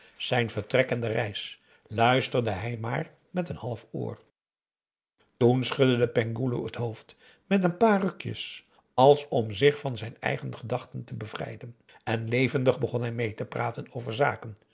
zijn vertrek en de reis luisterde hij maar met n half oor toen schudde de penghoeloe het hoofd met n paar rukjes als om zich van zijn eigen gedachten te bevrijden en levendig begon hij mee te praten over zaken